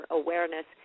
awareness